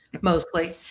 Mostly